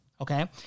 okay